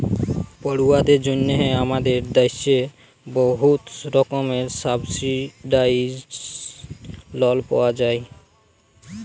পড়ুয়াদের জ্যনহে আমাদের দ্যাশে বহুত রকমের সাবসিডাইস্ড লল পাউয়া যায়